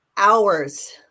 Hours